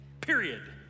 period